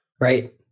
Right